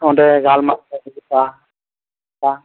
ᱚᱸᱰᱮ ᱜᱟᱞᱢᱟᱨᱟᱣ ᱦᱩᱭᱩᱜᱼᱟ